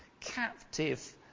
captive